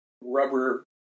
rubber